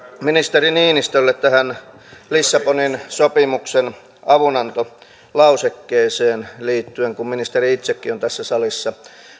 ministeri niinistölle tähän lissabonin sopimuksen avunantolausekkeeseen liittyen kun ministeri itsekin on tässä salissa